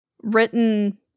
written